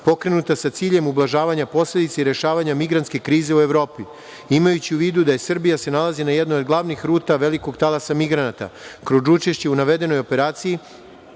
pokrenuta sa ciljem ublažavanja posledica i rešavanjem migrantske krize u Evropi, imajući u vidu da se Srbija nalazi u jednoj od glavnih ruta velikog talasa migranata koji odlučujući u navedenoj operaciji